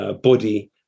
body